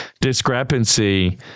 discrepancy